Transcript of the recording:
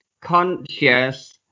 conscious